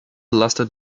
lasted